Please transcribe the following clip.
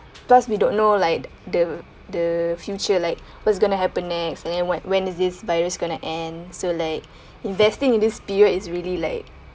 plus we don't know like the the future like what's going to happen next and then what when is this virus going to end so like investing in this period is really like